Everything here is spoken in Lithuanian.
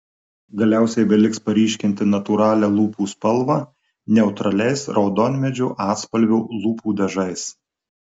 galiausiai beliks paryškinti natūralią lūpų spalvą neutraliais raudonmedžio atspalvio lūpų dažais